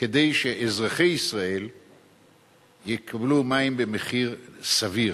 כדי שאזרחי ישראל יקבלו מים במחיר סביר,